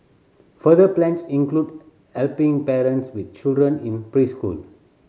further plans include helping parents with children in preschool